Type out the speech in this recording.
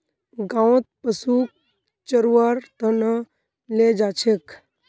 गाँउत पशुक चरव्वार त न ले जा छेक